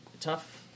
tough